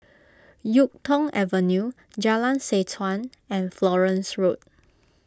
Yuk Tong Avenue Jalan Seh Chuan and Florence Road